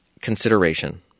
Consideration